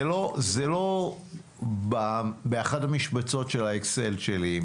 זה לא באחת המשבצות של האקסל שלי,